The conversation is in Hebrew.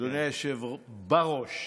אדוני היושב בראש.